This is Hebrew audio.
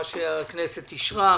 על מה שהכנסת אישרה,